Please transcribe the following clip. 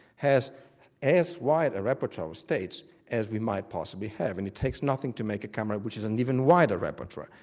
has as wide a repertoire of states as we might possibly have, and it takes nothing to make a camera which has an even wider repertoire.